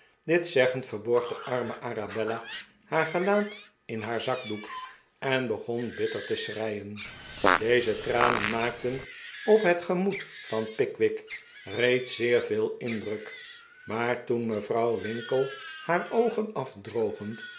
dit zeggend verborg de arme arabella haar gelaat in haar zakdoek en begon bitter te schreien deze tranen maakten op het gemoed van pickwick reeds zeer veel indruk maar toen mevrouw winkle haar oogen afdrogend